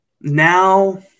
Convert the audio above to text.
Now